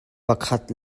pakhat